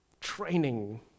training